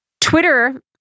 Twitter